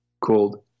called